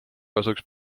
kasuks